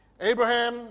Abraham